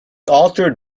altered